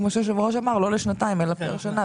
כמו שהיושב-ראש אמר, לא לשנתיים אלא לשנה.